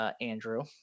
Andrew